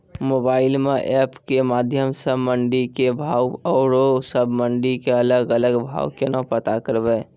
Mobile म app के माध्यम सऽ मंडी के भाव औरो सब मंडी के अलग अलग भाव केना पता करबै?